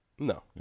No